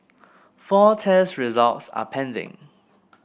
four test results are pending